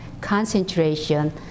concentration